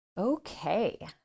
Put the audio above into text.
Okay